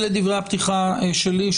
אלה דברי הפתיחה שלי.